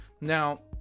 Now